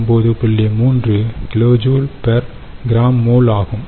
3 kJ gmole ஆகும்